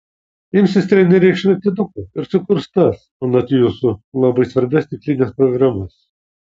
imsis treneriai šratinukų ir sukurs tas anot jūsų labai svarbias tikslines programas